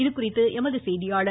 இதுகுறித்து எமது செய்தியாளர்